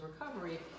recovery